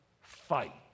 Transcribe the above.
fight